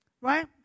Right